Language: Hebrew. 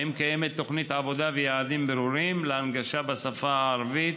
האם קיימים תוכנית עבודה ויעדים ברורים להנגשה בשפה הערבית: